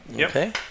okay